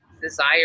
desire